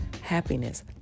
happiness